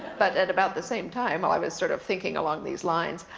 but at about the same time, while i was sort of thinking along these lines,